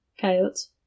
Coyotes